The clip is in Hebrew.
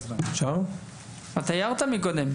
אתה הערת מקודם,